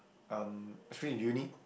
um especial in uni